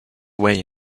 away